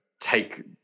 take